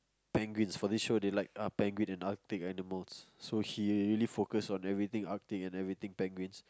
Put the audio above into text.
penguins for this show they like uh penguin and Arctic animals so he really focus on everything Arctic and everything penguins